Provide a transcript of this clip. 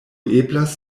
eblas